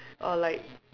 or like